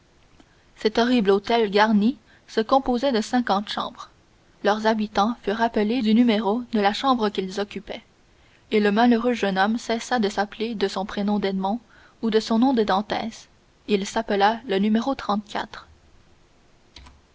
cet horrible hôtel garni se composait de cinquante chambres leurs habitants furent appelés du numéro de la chambre qu'ils occupaient et le malheureux jeune homme cessa de s'appeler de son prénom d'edmond ou de son nom de dantès il s'appela le no